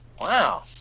Wow